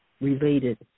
related